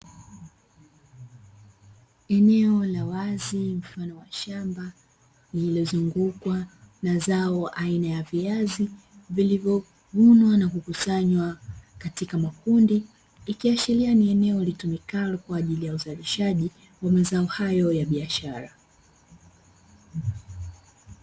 Eneo la wazi mfano wa shamba lililozungukwa na zao la aina ya viazi vilivyovunwa na kukusanywa katika makundi ikiashiria ni eneo litumikalo kwa ajili ya uzalishaji wa mazao hayo ya biashara.